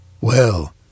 Well